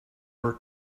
were